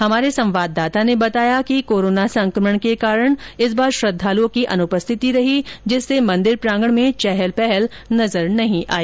हमारे संवाददाता ने बताया कि कोरोना संकमण के कारण इस बार श्रद्धालुओं की अनुपस्थिति रही जिससे मंदिर प्रांगण में चहल पहल नजर नहीं आई